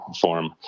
form